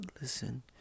listen